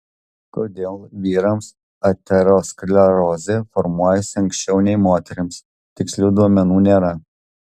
kodėl vyrams aterosklerozė formuojasi anksčiau nei moterims tikslių duomenų nėra